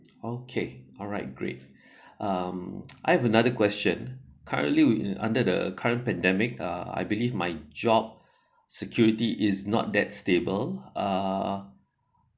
okay alright great um I have another question currently will in under the current pandemic uh I believe my job security is not that stable uh